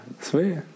Sweet